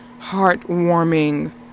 heartwarming